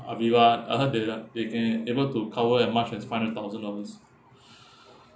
Aviva I heard they are they can able to cover as much as five hundred thousand dollars